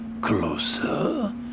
Closer